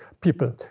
people